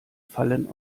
fallen